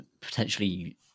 potentially